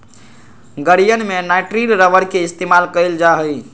गड़ीयन में nitrile rubber के इस्तेमाल कइल जा हई